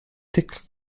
tick